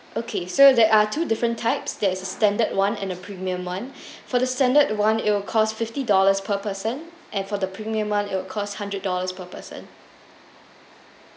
okay so there are two different types there is a standard one and a premium one for the standard one it will cost fifty dollars per person and for the premium one it will cost hundred dollars per person